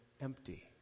empty